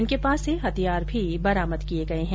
इनके पास से हथियार भी बरामद किये गये है